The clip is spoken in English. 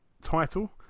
title